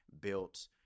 built